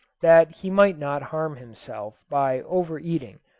that he might not harm himself by over-eating,